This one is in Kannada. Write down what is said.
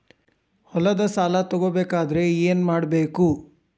ಹೊಲದ ಸಾಲ ತಗೋಬೇಕಾದ್ರೆ ಏನ್ಮಾಡಬೇಕು?